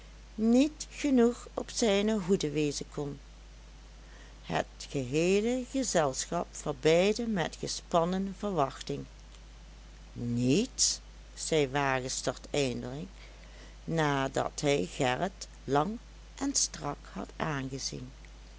niet genoeg op zijne hoede wezen kon het geheele gezelschap verbeidde met gespannen verwachting niet zei wagestert eindelijk nadat hij gerrit lang en strak had aangezien